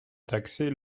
taxer